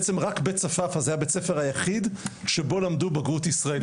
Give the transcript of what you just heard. בעצם רק בית צפאפא זה היה בית הספר היחיד שבו למדו בגרות ישראלית.